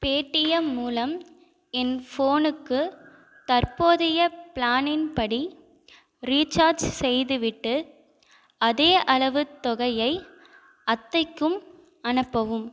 Paytm மூலம் என் ஃபோனுக்கு தற்போதைய பிளானின்படி ரீசார்ஜ் செய்துவிட்டு அதே அளவுத் தொகையை அத்தைக்கும் அனுப்பவும்